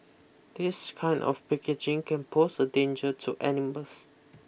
this kind of packaging can pose a danger to animals